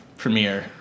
premiere